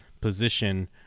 position